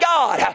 God